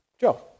Joe